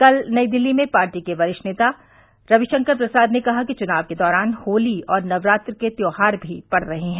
कल नई दिल्ली में पार्टी के वरिष्ठ नेता रविशंकर प्रसाद ने कहा कि चुनाव के दौरान होली और नवरात्र के त्योहार भी पड़ रहे हैं